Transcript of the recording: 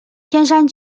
天山